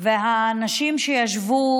והנשים שישבו